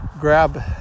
grab